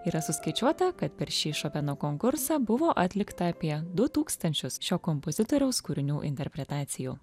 yra suskaičiuota kad per šį šopeno konkursą buvo atlikta apie du tūkstančius šio kompozitoriaus kūrinių interpretacijų